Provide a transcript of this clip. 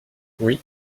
oui